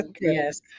yes